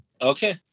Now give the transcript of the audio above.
Okay